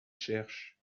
cherche